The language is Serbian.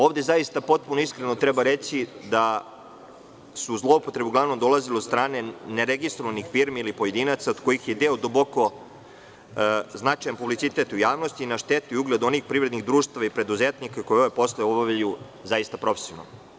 Ovde zaista potpuno iskreno treba reći da su zloupotrebe uglavnom dolazile od strane neregistrovanih firmi ili pojedinaca od kojih je deo duboko, značajan publicitet u javnosti, na štetu i ugled onih privrednih društava i preduzetnika koji ove poslove obavljaju zaista profesionalno.